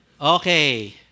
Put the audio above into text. Okay